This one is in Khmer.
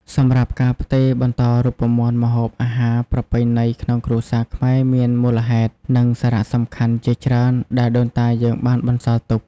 សម្រាប់ការផ្ទេរបន្តរូបមន្តម្ហូបអាហារប្រពៃណីក្នុងគ្រួសារខ្មែរមានមូលហេតុ និងសារៈសំខាន់ជាច្រើនដែលដូនតាយើងបានបន្សល់ទុក។